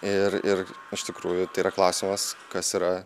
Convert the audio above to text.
ir ir iš tikrųjų tai yra klausimas kas yra